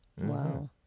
Wow